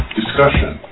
discussion